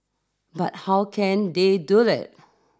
but how can they do it